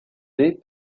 peu